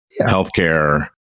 healthcare